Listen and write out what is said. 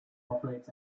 operates